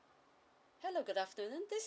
hello good afternoon this